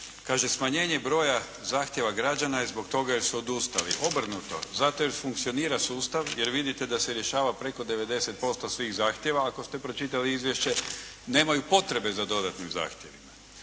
smanjenje broja zahtjeva građana je zbog toga jer su odustali. Obrnuto, zato jer funkcionira sustav, jer vidite da se rješava preko 90% svih zahtjeva ako ste pročitali izvješće, nemaju potrebe za dodatnim zahtjevima.